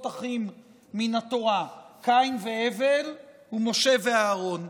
אחים מן התורה: קין והבל ומשה ואהרן.